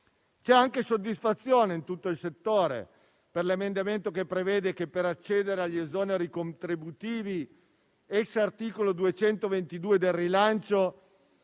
C'è soddisfazione in tutto il settore anche per l'emendamento che prevede che per accedere agli esoneri contributivi, *ex* articolo 222 del cosiddetto